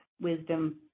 wisdom